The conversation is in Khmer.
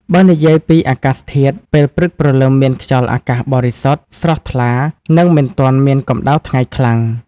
បើនិយាយពីអាកាសធាតុ ពេលព្រឹកព្រលឹមមានខ្យល់អាកាសបរិសុទ្ធ ស្រស់ថ្លា និងមិនទាន់មានកម្ដៅថ្ងៃខ្លាំង ។